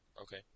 okay